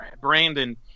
Brandon